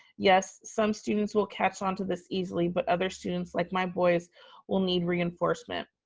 yes, some students will catch onto this easily but other students like my boys will need reinforcement.